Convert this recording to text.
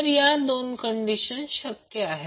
तर या दोन कंडिशन शक्य आहेत